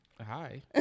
Hi